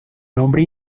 nombre